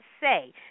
say